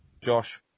Josh